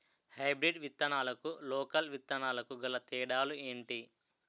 Hybrid విత్తనాలకు local విత్తనాలకు గల తేడాలు ఏంటి?